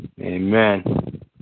Amen